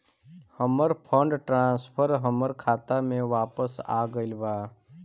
हमर fund transfer हमर खाता में वापस आ गईल बा